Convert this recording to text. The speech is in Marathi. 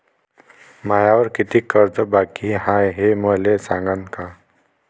मायावर कितीक कर्ज बाकी हाय, हे मले सांगान का?